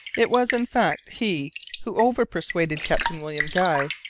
it was, in fact, he who over-persuaded captain william guy,